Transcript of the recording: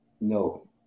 No